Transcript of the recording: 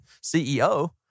CEO